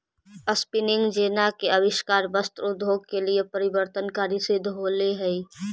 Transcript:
spinning jenny के आविष्कार वस्त्र उद्योग के लिए परिवर्तनकारी सिद्ध होले हई